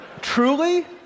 Truly